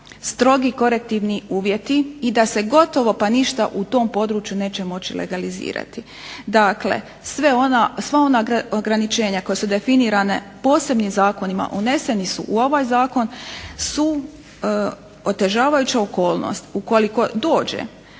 strogi korektivni uvjeti i da se gotovo pa ništa u tom području neće moći legalizirati. Dakle, sva ona ograničenja koja su definirana posebnim zakonima uneseni su u ovaj zakon su otežavajuća okolnost ukoliko dođe